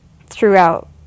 throughout